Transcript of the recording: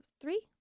Three